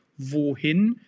wohin